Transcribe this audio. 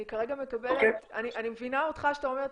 אני מבינה אותך שאתה אומר,